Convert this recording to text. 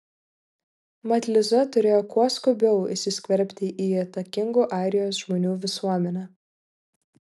mat liza turėjo kuo skubiau įsiskverbti į įtakingų airijos žmonių visuomenę